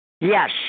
yes